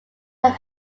have